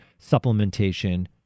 supplementation